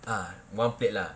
ah one plate lah